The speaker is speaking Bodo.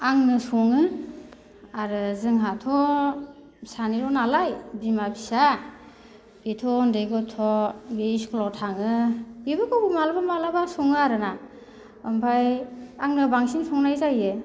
आङो सङो आरो जोंहाथ' सानैल' नालाय बिमा फिसा बिथ' उन्दै गथ' बि स्कुलाव थाङो बेबो माब्लाबा माब्लाबा सङो आरोना ओमफ्राय आंनो बांसिन संनाय जायो